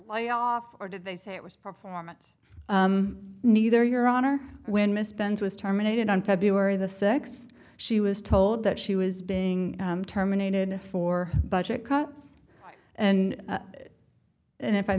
lie off or did they say it was performance neither your honor when misspend was terminated on february the sixth she was told that she was being terminated for budget cuts and then if i